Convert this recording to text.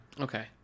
Okay